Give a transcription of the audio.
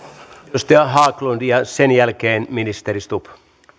edustaja haglund ja sen jälkeen ministeri stubb